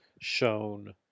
shown